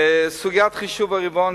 סוגיית חישוב הרבעון